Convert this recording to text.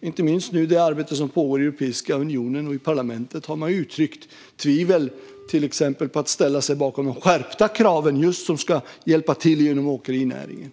Inte minst i det arbete som nu pågår i Europeiska unionen och i parlamentet har man uttryckt tvivel gällande att till exempel ställa sig bakom de skärpta kraven som ska hjälpa till inom åkerinäringen.